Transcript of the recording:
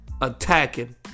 attacking